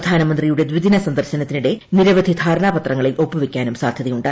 പ്രധാനമന്ത്രിയുടെ ദ്വിദിന സന്ദർശനത്തിനിടെ നിരവധി ധാരണാപത്രങ്ങളിൽ ഒപ്പുവയ്ക്കാനും സാധ്യതയുണ്ട്